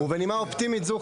ובנימה אופטימית זו,